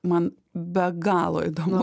man be galo įdomu